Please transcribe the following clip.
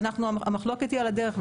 המחלוקת היא על הדרך,